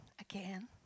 again